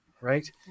Right